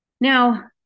Now